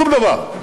שום דבר.